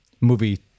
movie